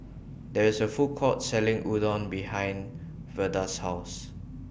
There IS A Food Court Selling Udon behind Verda's House